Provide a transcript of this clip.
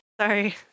Sorry